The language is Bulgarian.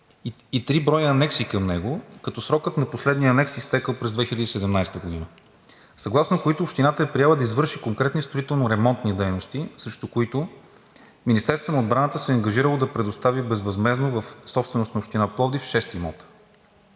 и три броя анекси към него, като срокът на последния анекс е изтекъл през 2017 г., съгласно които Общината е приела да извърши конкретни строително-ремонтни дейности, срещу които Министерството на отбраната се е ангажирало да предостави безвъзмездно в собственост на Община Пловдив шест имота.